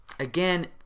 Again